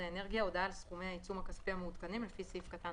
האנרגיה הודעה על סכומי העיצום הכספי המעודכנים לפי סעיף קטן